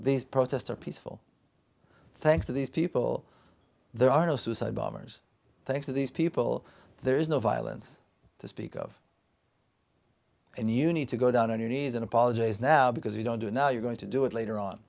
these protests are peaceful thanks to these people there are no suicide bombers thanks to these people there is no violence to speak of and you need to go down on your knees and apologize now because you don't do it now you're going to do it later on